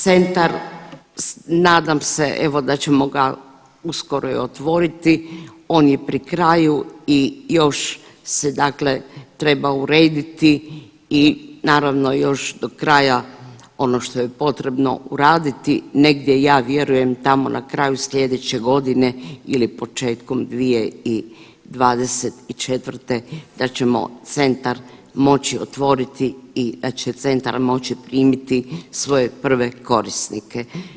Centar nadam se evo da ćemo ga uskoro i otvoriti, on je pri kraju i još se dakle treba urediti i naravno još do kraja ono što je potrebno uraditi, negdje ja vjerujem na kraju slijedeće godine ili početkom 2024. da ćemo centar moći otvoriti i da će centar moći primiti svoje prve korisnike.